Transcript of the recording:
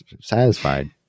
satisfied